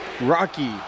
Rocky